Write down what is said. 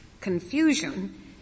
confusion